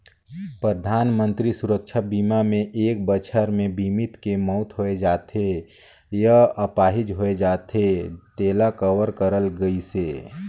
परधानमंतरी सुरक्छा बीमा मे एक बछर मे बीमित के मउत होय जाथे य आपाहिज होए जाथे तेला कवर करल गइसे